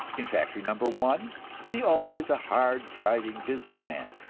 in factory number one the owner is a hard-driving business man,